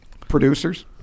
Producers